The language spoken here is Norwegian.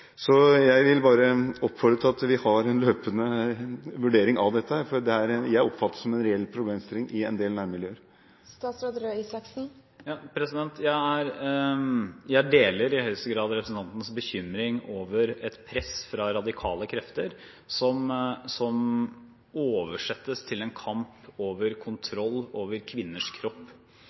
Jeg vil bare oppfordre til at vi har en løpende vurdering av dette, for jeg oppfatter det som en reell problemstilling i en del nærmiljøer. Jeg deler i høyeste grad representantens bekymring over et press fra radikale krefter som oversettes til en kamp om kontroll over kvinners kropp.